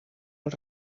els